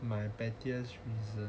my pettiest reason